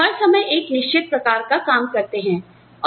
तो आप हर समय एक निश्चित प्रकार का काम करते हैं